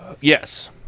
Yes